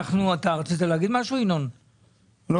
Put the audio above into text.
אנחנו